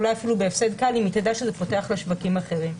אולי אפילו בהפסד קל אם היא תדע שזה פותח לה שווקים אחרים.